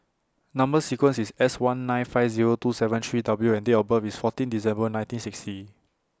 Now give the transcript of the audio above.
Number sequence IS S one nine five Zero two seven three W and Date of birth IS fourteen December nineteen sixty